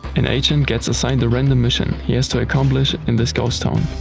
an agent gets assigned a random mission he has to accomplish in this ghost town.